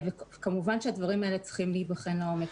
כמובן שהדברים האלה צריכים להיבחן לעומק.